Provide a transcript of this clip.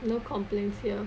no complaints here